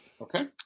Okay